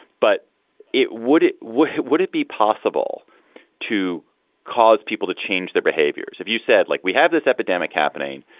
but it would it would would it be possible to cause people to change their behaviors if you said, like, we have this epidemic happening.